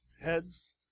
heads